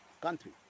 country